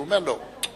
הוא אומר: לא.